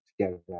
together